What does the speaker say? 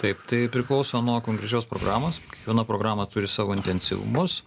taip tai priklauso nuo konkrečios programos kiekviena programa turi savo intensyvumus